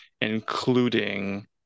including